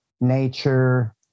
nature